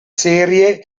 serie